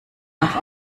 darf